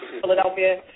Philadelphia